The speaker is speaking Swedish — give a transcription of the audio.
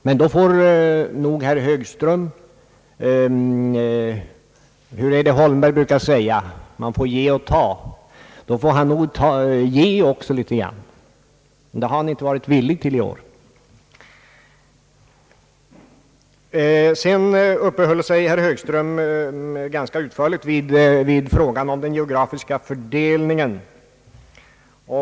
Men då får nog herr Högström göra som herr Holmberg brukar säga: Man får ge och ta — också ge litet grand, och det har han inte varit villig till i år. Vidare uppehöll sig herr Högström ganska länge vid frågan om den geografiska fördelningen.